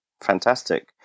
Fantastic